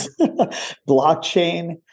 blockchain